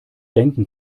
denken